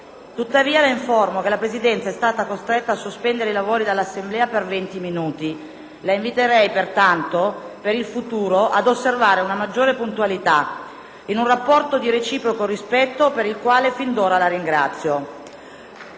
tuttavia, che la Presidenza è stata costretta a sospendere i lavori dell'Assemblea per venti minuti. La inviterei, pertanto, per il futuro, ad osservare una maggiore puntualità, in un rapporto di reciproco rispetto per il quale fin d'ora la ringrazio.